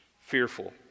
Fearful